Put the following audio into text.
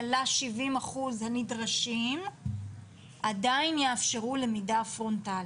ל-70% הנדרשים עדיין יאפשרו למידה פרונטלית.